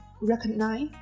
recognize